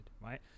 right